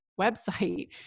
website